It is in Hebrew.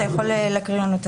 אתה יכול להקריא לנו?